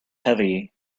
heavy